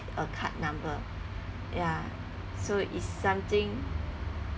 a card number ya so it's something